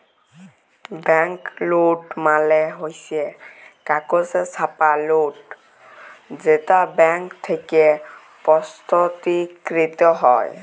bank note মালে হচ্ছ কাগজে ছাপা লোট যেটা ব্যাঙ্ক থেক্যে প্রস্তুতকৃত হ্যয়